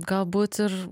galbūt ir